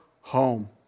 home